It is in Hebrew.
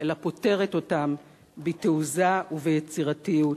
אלא פותרת אותם בתעוזה וביצירתיות.